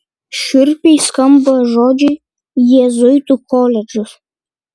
šiurpiai skamba žodžiai jėzuitų koledžas